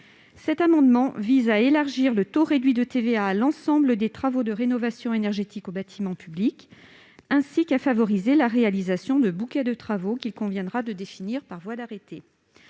Cet amendement vise à élargir le taux réduit de TVA à l'ensemble des travaux de rénovation énergétique sur les bâtiments publics, ainsi qu'à favoriser la réalisation de bouquets de travaux qu'il conviendra de définir par voie d'arrêté.